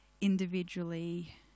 individually